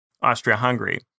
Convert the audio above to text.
Austria-Hungary